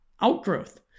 outgrowth